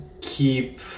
keep